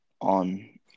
on